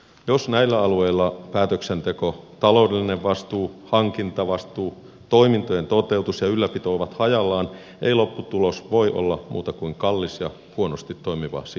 jos näillä alueilla päätöksenteko taloudellinen vastuu hankintavastuu toimintojen toteutus ja ylläpito ovat hajallaan ei lopputulos voi olla muuta kuin kallis ja huonosti toimiva sillisalaatti